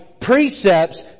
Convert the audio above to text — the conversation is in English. Precepts